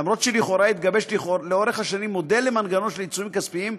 אף שלכאורה התגבש לאורך השנים מודל למנגנון של עיצומים כספיים,